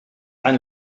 ein